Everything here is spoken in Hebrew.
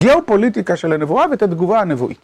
גאו-פוליטיקה של הנבואה ואת התגובה הנבואית.